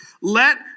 Let